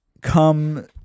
come